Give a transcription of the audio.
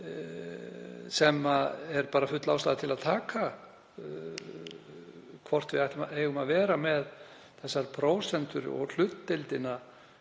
sem er full ástæða til að taka hvort við eigum að vera með þessar prósentur og hlutdeildina